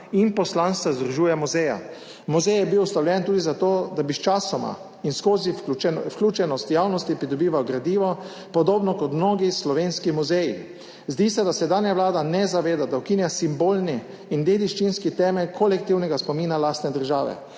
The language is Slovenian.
in poslanstva združuje muzeja /…/ Muzej je bil ustanovljen tudi zato, da bi sčasoma in skozi vključevanje javnosti pridobival gradivo, podobno kot mnogi slovenski muzeji. Zdi se, da se sedanja vlada ne zaveda, da ukinja simbolni in dediščinski temelj kolektivnega spomina lastne države.